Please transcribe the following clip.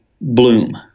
Bloom